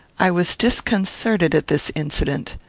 i was disconcerted at this incident.